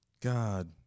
God